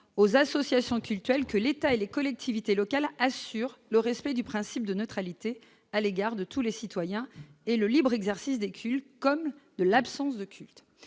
aux associations cultuelles, que l'État et les collectivités locales assurent le respect du principe de neutralité à l'égard de tous les citoyens et le libre exercice des cultes comme de l'absence de culte